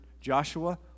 Joshua